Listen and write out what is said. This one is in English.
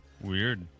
Weird